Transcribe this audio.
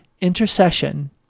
intercession